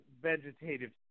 vegetative